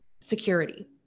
security